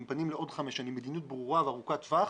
פנים לעוד חמש שנים מדיניות ברורה וארוכת טווח,